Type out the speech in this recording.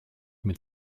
mit